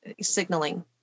signaling